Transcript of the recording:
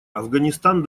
афганистан